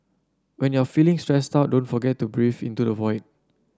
when you are feeling stressed out don't forget to breathe into the void